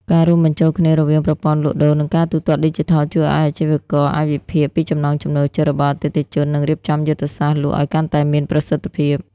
ការរួមបញ្ចូលគ្នារវាងប្រព័ន្ធលក់ដូរ និងការទូទាត់ឌីជីថល ជួយឱ្យអាជីវករអាចវិភាគពីចំណង់ចំណូលចិត្តរបស់អតិថិជន និងរៀបចំយុទ្ធសាស្ត្រលក់ឱ្យកាន់តែមានប្រសិទ្ធភាព។